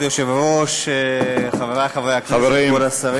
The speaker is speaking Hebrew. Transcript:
כבוד היושב-ראש, חברי חברי הכנסת, כבוד השרים,